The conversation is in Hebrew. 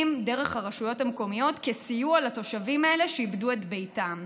דרך הרשויות המקומיות כסיוע לתושבים האלה שאיבדו את ביתם.